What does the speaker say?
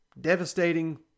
devastating